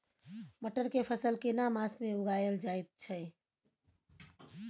मटर के फसल केना मास में उगायल जायत छै?